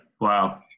Wow